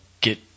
get